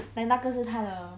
like 那个是他